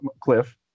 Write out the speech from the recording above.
cliff